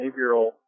behavioral